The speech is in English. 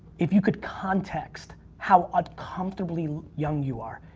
if you could context how uncomfortably young you are,